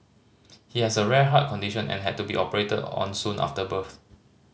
he has a rare heart condition and had to be operated on soon after birth